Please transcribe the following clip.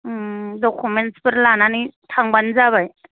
दखुमेनथसफोर लानानै थांबानो जाबाय